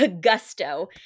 Gusto